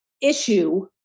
issue